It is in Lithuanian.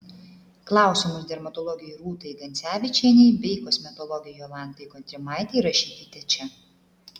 klausimus dermatologei rūtai gancevičienei bei kosmetologei jolantai kontrimaitei rašykite čia